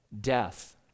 death